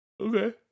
okay